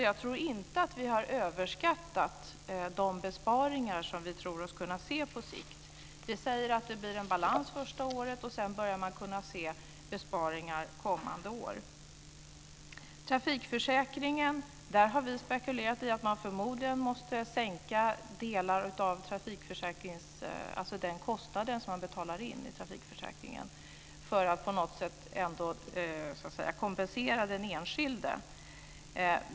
Jag tror inte att vi har överskattat de besparingar som vi tror oss kunna se på sikt. Vi säger att det blir en balans första året, och sedan börjar man kunna se besparingar kommande år. När det gäller trafikförsäkringen har vi spekulerat i att man förmodligen måste minska delar av den kostnad som betalas in i trafikförsäkringen för att på något sätt kompensera den enskilde.